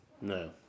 No